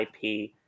IP